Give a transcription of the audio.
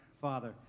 Father